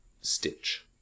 Stitch